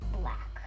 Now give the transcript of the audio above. black